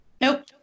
Nope